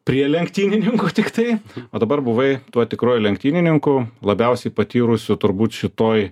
prie lenktynininkų tiktai o dabar buvai tuo tikruoju lenktynininku labiausiai patyrusių turbūt šitoje